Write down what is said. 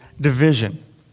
division